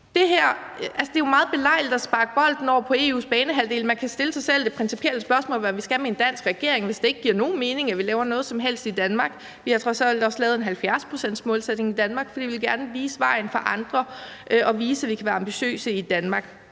Det er jo meget belejligt at sparke bolden over på EU's banehalvdel. Man kan stille sig selv det principielle spørgsmål, hvad vi skal med en dansk regering, hvis det ikke giver nogen mening, at vi laver noget som helst i Danmark. Vi har trods alt også lavet en 70-procentsmålsætning i Danmark, fordi vi gerne ville vise vejen for andre og vise, at vi kan være ambitiøse i Danmark.